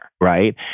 right